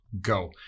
go